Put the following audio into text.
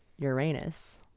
Uranus